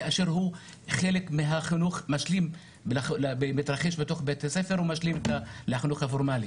כאשר הוא חלק מחינוך שמתרחש בתוך בית הספר ומשלים לחינוך הפורמלי.